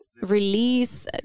release